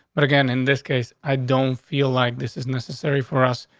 but again, in this case, i don't feel like this is necessary for us.